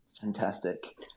fantastic